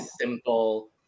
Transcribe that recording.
simple